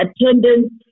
Attendance